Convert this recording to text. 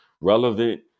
relevant